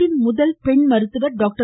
நாட்டின் முதல் பெண் மருத்துவர் டாக்டர்